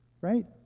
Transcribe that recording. right